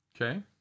Okay